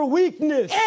weakness